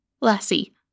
Lassie